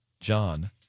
John